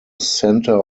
centre